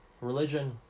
religion